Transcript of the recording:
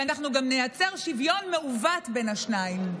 ואנחנו גם נייצר שוויון מעוות בין השניים.